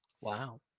wow